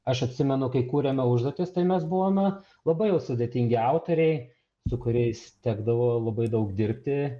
aš atsimenu kai kūrėme užduotis tai mes buvome labai jau sudėtingi autoriai su kuriais tekdavo labai daug dirbti